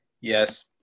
Yes